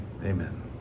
Amen